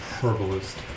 Herbalist